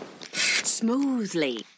Smoothly